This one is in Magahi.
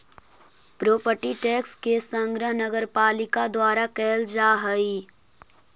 प्रोपर्टी टैक्स के संग्रह नगरपालिका द्वारा कैल जा हई